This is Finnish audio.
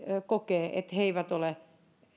kokee että heitä ei ole